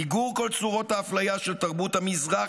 מיגור כל צורות האפליה של תרבות המזרח